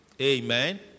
Amen